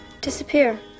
disappear